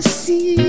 see